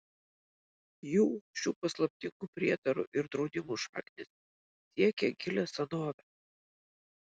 jų šių paslaptingų prietarų ir draudimų šaknys siekią gilią senovę